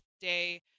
day